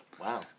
Wow